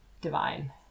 divine